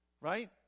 right